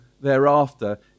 thereafter